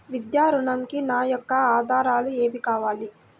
విద్యా ఋణంకి నా యొక్క ఆధారాలు ఏమి కావాలి?